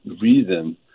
reason